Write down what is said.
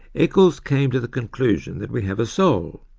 eccles came to the conclusion that we have a soul,